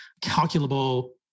calculable